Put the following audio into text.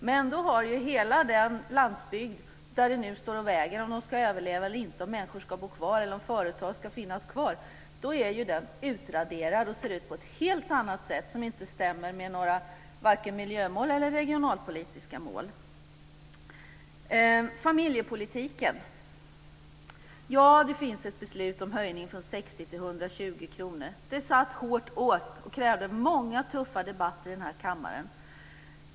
Men då är ju hela den landsbygd där det nu står och väger, om man ska överleva eller inte, om människor ska bo kvar eller om företag ska finnas kvar, utraderad och ser ut på ett helt annat sätt som inte stämmer med vare sig miljömål eller regionalpolitiska mål. Ja, i familjepolitiken finns ett beslut om höjning från 60 kr till 120 kr. Det satt hårt åt och krävde många tuffa debatter i den här kammaren.